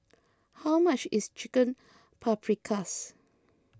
how much is Chicken Paprikas